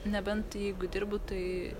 nebent jeigu dirbu tai